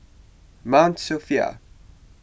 Mount Sophia